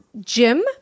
Jim